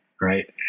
right